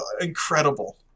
incredible